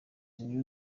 new